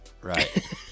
Right